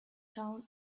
town